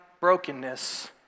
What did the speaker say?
brokenness